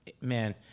Man